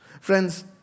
Friends